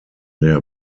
der